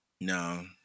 no